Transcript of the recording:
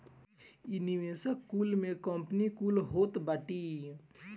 इ निवेशक कुल में कंपनी कुल होत बाटी